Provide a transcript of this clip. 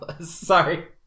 Sorry